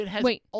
Wait